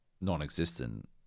non-existent